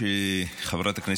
רק רגע, שנייה.